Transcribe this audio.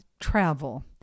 travel